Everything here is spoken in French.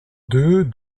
deux